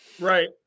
Right